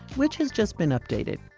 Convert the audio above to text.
which has just been updated.